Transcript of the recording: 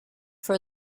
for